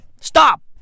stop